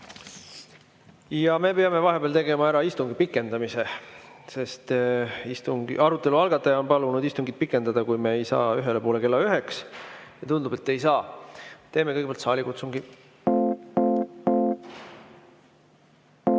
Me peame vahepeal tegema ära istungi pikendamise, sest arutelu algataja on palunud istungit pikendada, kui me ei saa ühele poole kella üheks, ja tundub, et ei saa. Teeme kõigepealt saalikutsungi. Head